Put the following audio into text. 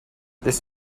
this